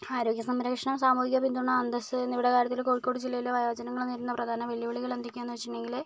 ആരോഗ്യ സംരക്ഷണം സാമൂഹിക പിന്തുണ അന്തസ്സ് എന്നിവയുടെ കാര്യത്തിൽ കോഴിക്കോട് ജില്ലയിലെ വയോജനങ്ങൾ നേരിടുന്ന പ്രധാന വെല്ലുവിളികൾ എന്തൊക്കെയാന്ന് എന്ന് വെച്ചിട്ടുണ്ടെങ്കില്